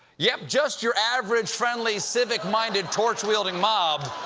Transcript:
yep, just your average, friendly, civic-minded, torch wielding mob.